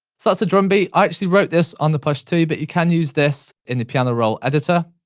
so that's the drum beat, i actually wrote this on the push two, but you can use this in the piano role editor.